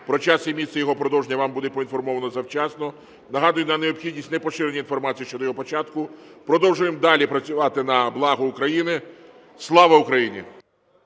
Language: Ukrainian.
Про час і місце його продовження вам буде поінформовано завчасно. Нагадую на необхідності непоширення інформації щодо його початку. Продовжуємо далі працювати на благо України. Слава Україні!